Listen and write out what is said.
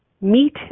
meet